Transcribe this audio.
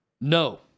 No